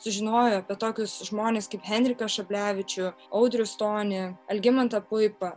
sužinojo apie tokius žmones kaip henriką šablevičių audrių stonį algimantą puipą